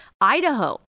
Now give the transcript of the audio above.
Idaho